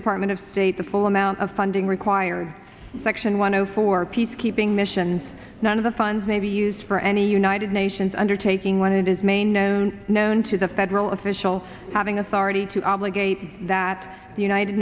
department of state the full amount of funding required section one zero for peacekeeping missions none of the funds may be used for any united nations undertaking when it is may known known to the federal official having authority to obligate that the united